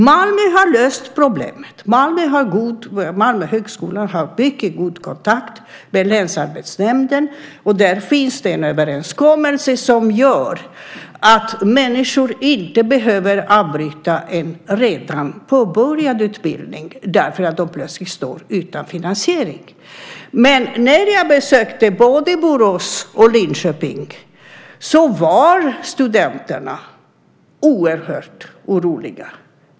Malmö har löst problemet. Malmö högskola har mycket god kontakt med länsarbetsnämnden, och där finns det en överenskommelse som gör att människor inte behöver avbryta en redan påbörjad utbildning därför att de plötsligt står utan finansiering. Men när jag besökte både Borås och Linköping var studenterna oerhört oroliga.